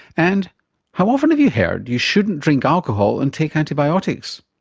and how often have you heard you shouldn't drink alcohol and take antibiotics?